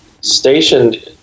stationed